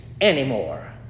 anymore